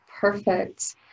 Perfect